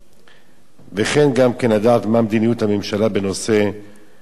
גם לדעת מה מדיניות הממשלה בנושא שהוא בעל משמעות דתית,